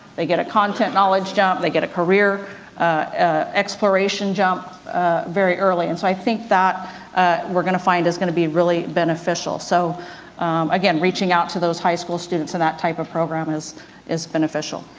they get a content knowledge jump, they get a career ah exploration jump very early. and so, i think that we're gonna find is gonna be really beneficial, so again reaching out to those high school students and that type of program is is beneficial.